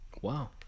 Wow